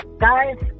Guys